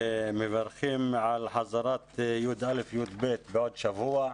ומברכים על חזרת יא'-יב' בעוד שבוע,